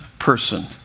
person